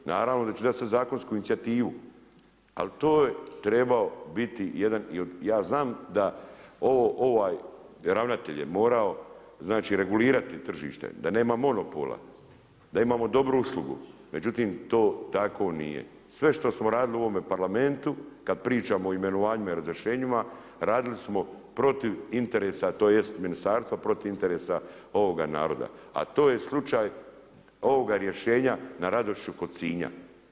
Naravno da će dat sad zakonsku inicijativu ali to je trebao biti jedan, ja znam da ovaj ravnatelj je morao regulirati tržište, da nema monopola, da imamo dobru uslugu, međutim to tako nije, sve što smo radili u ovom Parlamentu kad pričamo o imenovanjima i razrješenjima, radili smo protiv interesa tj. ministarstvo protiv interesa ovoga naroda a to je slučaj ovoga rješenja na Radošiću kod Sinja.